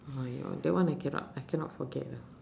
oh ya that one I cannot I cannot forget lah